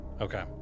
Okay